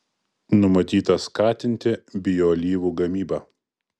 numatyta skatinti bioalyvų gamybą